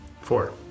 Four